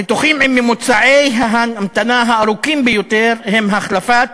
הניתוחים עם ממוצעי ההמתנה הארוכים ביותר הם: החלפת